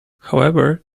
however